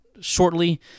shortly